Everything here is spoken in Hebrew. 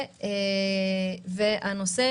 ושנית,